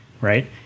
right